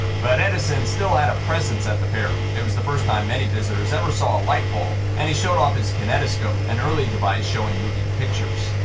but edison still had a presence at the fair. it was the first time many visitors ever saw a light bulb, and he showed off his kinetoscope, an early device showing moving pictures.